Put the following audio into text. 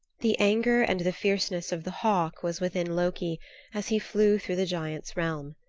the anger and the fierceness of the hawk was within loki as he flew through the giants' realm.